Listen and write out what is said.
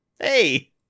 Hey